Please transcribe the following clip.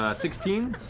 ah sixteen?